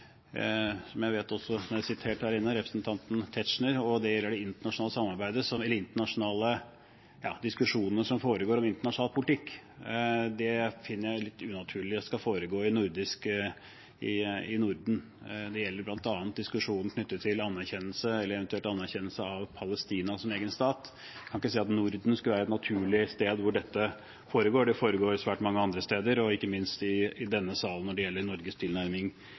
jeg vet er sitert her inne – og det gjelder det internasjonale samarbeidet, eller de diskusjonene som foregår om internasjonal politikk. Det finner jeg litt unaturlig at skal foregå i Norden. Det gjelder bl.a. diskusjonen knyttet til anerkjennelse, eller eventuell anerkjennelse, av Palestina som egen stat. Jeg kan ikke se at Norden skulle være et naturlig sted hvor dette foregår. Det foregår svært mange andre steder – og ikke minst i denne salen, når det gjelder Norges tilnærming